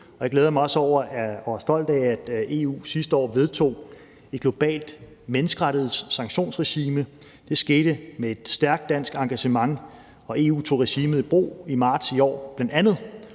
Jeg glæder mig også over og er stolt af, at EU sidste år vedtog et globalt menneskerettighedssanktionsregime. Det skete med et stærkt dansk engagement, og EU tog regimet i brug i marts i år, bl.a.